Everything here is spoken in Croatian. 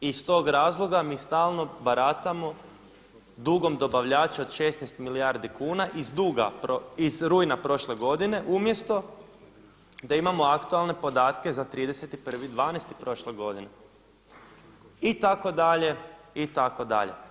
I iz tog razloga mi stalno baratamo dugom dobavljača od 16 milijardi kuna iz rujna prošle godine umjesto da imamo aktualne podatke za 31.12. prošle godine itd. itd.